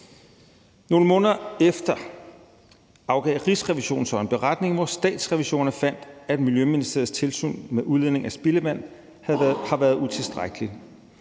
Nogle måneder efter afgav Rigsrevisionen så en beretning, hvor Statsrevisorerne fandt, at Miljøministeriets tilsyn med udledning af spildevand har været utilstrækkeligt.